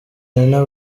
nina